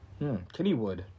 Kennywood